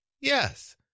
Yes